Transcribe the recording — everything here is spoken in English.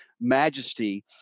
majesty